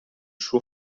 suo